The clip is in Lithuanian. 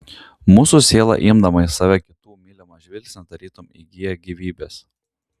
mūsų siela įimdama į save kitų mylimą žvilgsnį tarytum įgyja gyvybės